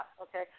okay